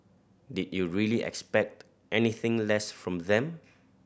did you really expect anything less from them